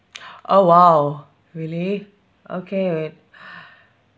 oh !wow! really okay wait